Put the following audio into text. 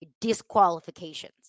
disqualifications